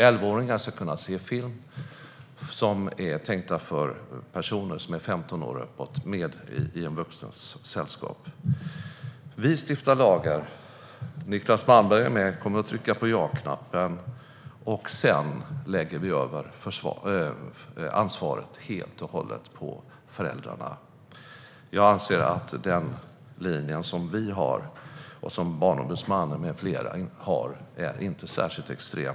Elvaåringar ska i en vuxens sällskap kunna se film som är tänkt för personer som är femton år och uppåt. Vi stiftar lagar. Niclas Malmberg kommer att vara med och trycka på ja-knappen. Sedan lägger vi över ansvaret helt och hållet på föräldrarna. Jag anser att den linje som vi har och som Barnombudsmannen med flera också har inte är särskilt extrem.